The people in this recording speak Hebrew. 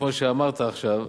כמו שאמרת עכשיו,